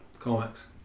comics